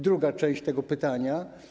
Druga część tego pytania.